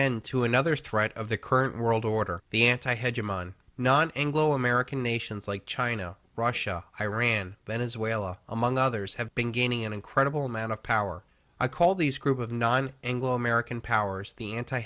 end to another threat of the current world order the anti had human not anglo american nations like china russia iran venezuela among others have been gaining an incredible amount of power i call these group of non anglo american powers the anti